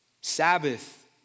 Sabbath